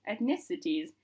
Ethnicities